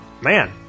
man